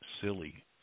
silly